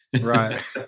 Right